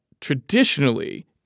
traditionally